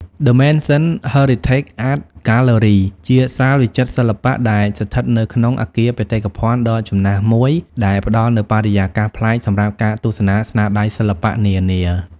ដឹ មេនសិន ហឺរីថេក អាត ហ្គាទ្បឺរី ជាសាលវិចិត្រសិល្បៈដែលស្ថិតនៅក្នុងអគារបេតិកភណ្ឌដ៏ចំណាស់មួយ ដែលផ្តល់នូវបរិយាកាសប្លែកសម្រាប់ការទស្សនាស្នាដៃសិល្បៈនានា។